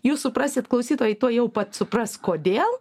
jūs suprasit klausytojai tuojau pat supras kodėl